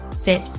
fit